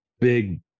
big